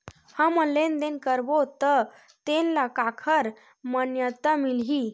हमन लेन देन करबो त तेन ल काखर मान्यता मिलही?